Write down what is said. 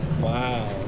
Wow